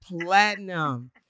platinum